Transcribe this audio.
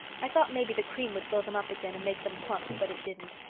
i thought maybe the cream would fill them up again and make them plump but it didn't.